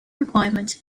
requirements